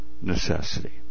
necessity